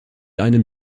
einem